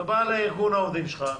אתה בא לארגון העובדים שלך,